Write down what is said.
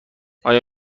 آیا